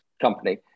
company